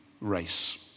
race